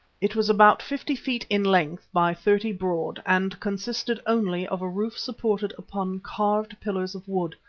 it was about fifty feet in length by thirty broad and consisted only of a roof supported upon carved pillars of wood,